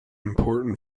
important